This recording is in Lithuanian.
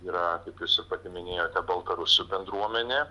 yra kaip jūs ir pati minėjote baltarusių bendruomenė